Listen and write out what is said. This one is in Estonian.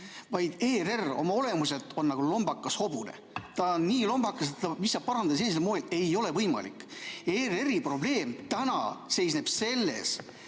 vaid ERR oma olemuselt on nagu lombakas hobune. Ta on nii lombakas, et teda parandada sellisel moel ei ole võimalik. ERR‑i probleem seisneb selles,